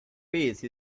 peace